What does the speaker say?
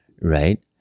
right